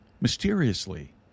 mysteriously